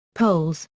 polls,